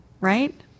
right